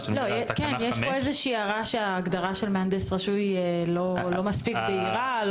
יש פה הערה שלפיה ההגדרה של מהנדס רשוי לא מספיק בהירה.